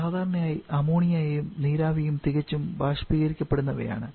സാധാരണയായി അമോണിയയും നീരാവിയും തികച്ചും ബാഷ്പീകരിക്കപ്പെടുന്നവയാണ്